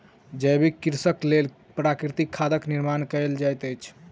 जैविक कृषिक लेल प्राकृतिक खादक निर्माण कयल जाइत अछि